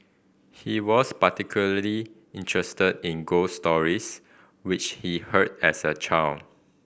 he was particularly interested in ghost stories which he heard as a child